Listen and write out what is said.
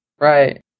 Right